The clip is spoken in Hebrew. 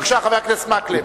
בבקשה, חבר הכנסת מקלב.